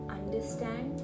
understand